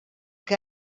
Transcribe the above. que